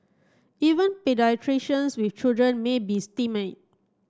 even paediatricians with children may be stymied